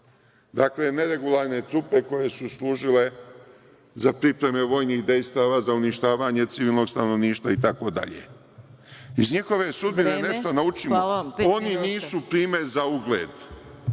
dakle, neregularne trupe koje su služile za pripreme vojnih dejstava za uništavanje civilnog stanovništva, itd. Iz njihove sudbine nešto naučimo. Oni nisu primer za ugled.